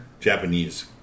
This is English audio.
Japanese